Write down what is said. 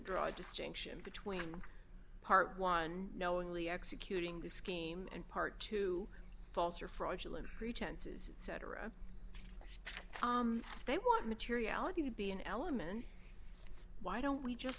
draw a distinction between one part one knowingly executing the scheme and part two false or fraudulent pretenses cetera if they want materiality to be an element why don't we just